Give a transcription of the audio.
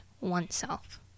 oneself